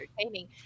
entertaining